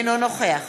אינו נוכח